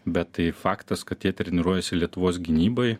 bet tai faktas kad jie treniruojasi lietuvos gynybai